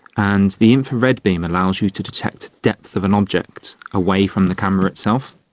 and the infrared beam allows you to detect depth of an object away from the camera itself.